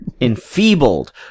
enfeebled